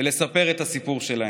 ולספר את הסיפור שלהם.